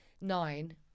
nine